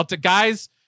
Guys